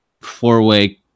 Four-way